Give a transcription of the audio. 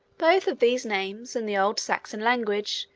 both of these names, in the old saxon language,